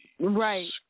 Right